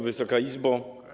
Wysoka Izbo!